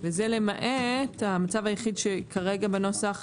וזה למעט המצב היחיד שכרגע בנוסח,